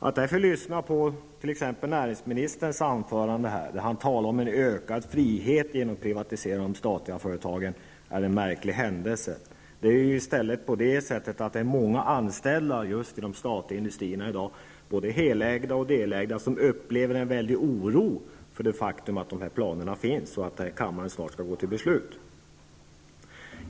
Att lyssna på t.ex. näringsministerns anförande, där han talar om en ökad frihet genom privatisering av de statliga företagen, är därför märkligt. Det är ju i stället på det sättet att många anställda just i de statliga industrierna -- både helägda och delägda -- i dag upplever en väldig oro inför det faktum att dessa planer finns och att kammaren snart skall gå till beslut i ärendet.